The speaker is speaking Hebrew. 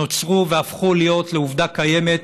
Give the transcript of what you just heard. נוצרו והפכו להיות עובדה קיימת,